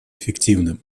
эффективным